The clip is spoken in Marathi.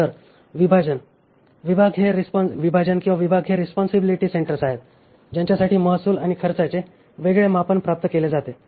तर विभाजन विभाग हे रिस्पॉन्सिबिलिटी सेंटर्स आहेत ज्यांच्यासाठी महसूल आणि खर्चाचे वेगळे मापन प्राप्त केले जाते